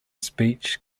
speech